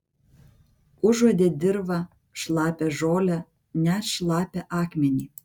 užuodė dirvą šlapią žolę net šlapią akmenį